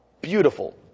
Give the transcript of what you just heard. Beautiful